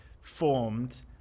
formed